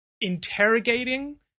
interrogating